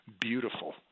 beautiful